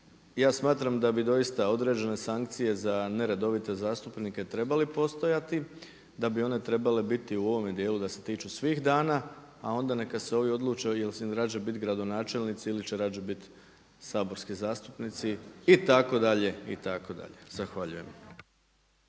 ja smatram da bi doista određene sankcije za neredovite zastupnike trebale postojati, da bi one trebale biti u ovome dijelu da se tiču svih dana a onda neka se ovi odluče da li će radije biti gradonačelnici ili će radije biti saborskih zastupnici itd Zahvaljujem.